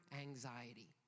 anxiety